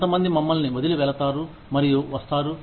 ఎంతమంది మమ్మల్ని వదిలి వెళతారు మరియు వస్తారు